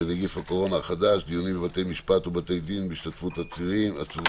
נגף הקורונה החדש (דיונים בבתי משפט ובבתי דין בהשתתפות עצורים,